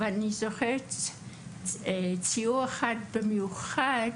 אני זוכרת ציור אחד במיוחד.